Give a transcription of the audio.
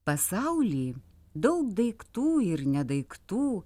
pasauly daug daiktų ir ne daiktų